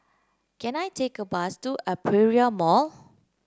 can I take a bus to Aperia Mall